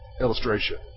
illustration